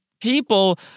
people